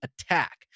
attack